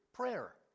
Prayer